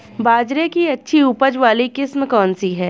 बाजरे की अच्छी उपज वाली किस्म कौनसी है?